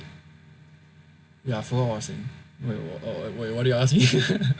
ya forgot what was I saying what you what do you want to ask me